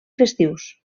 festius